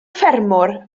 ffermwr